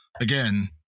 again